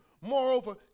Moreover